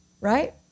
Right